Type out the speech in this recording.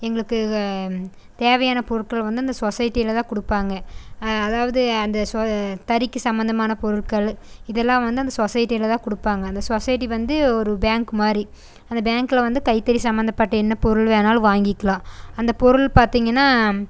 எங்களுக்கு தேவையான பொருட்களை வந்து அந்த சொசைட்டியில் தான் கொடுப்பாங்க அதாவது அந்த சோ தறிக்கு சம்மந்தமான பொருட்கள் இது எல்லாம் வந்து அந்த சொசைட்டியில் தான் கொடுப்பாங்க அந்த சொசைட்டி வந்து ஒரு பேங்க்கு மாதிரி அந்த பேங்கில் வந்து கைத்தறி சம்மந்தப்பட்ட என்ன பொருள் வேணாலும் வாங்கிக்கலாம் அந்த பொருள் பார்த்தீங்கன்னா